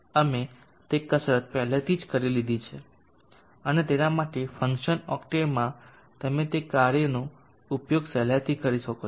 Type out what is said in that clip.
અમે તે કસરત પહેલાથી જ કરી લીધી છે અને તેના માટે ફંક્શન ઓક્ટેવમાં તમે તે કાર્યનો ઉપયોગ સહેલાઇથી કરો છો